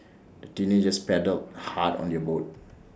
the teenagers paddled hard on your boat